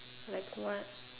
like what